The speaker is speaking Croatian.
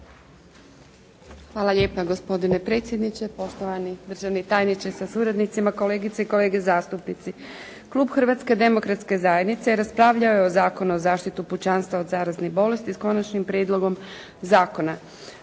Hvala lijepa. Gospodine predsjedniče, poštovani državni tajniče sa suradnicima, kolegice i kolege zastupnici. Klub Hrvatske demokratske zajednice raspravljao je o Zakonu o zaštiti pučanstva od zaraznih bolesti s Konačnim prijedlogom zakona.